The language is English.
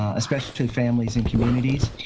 especially to families and communities.